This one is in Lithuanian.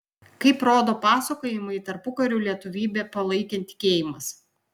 kaip rodo pasakojimai tarpukariu lietuvybę palaikė tikėjimas